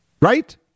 right